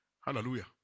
Hallelujah